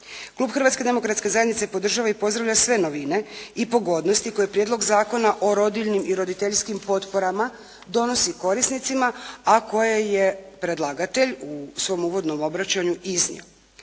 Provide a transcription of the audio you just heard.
Klub Hrvatske demokratske zajednice podržava i pozdravlja sve novine i pogodnosti koji Prijedlog zakona o rodiljnim i roditeljskim potporama donosi korisnicima, a koje je predlagatelj u svom uvodnom obraćanju iznio.